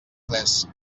tres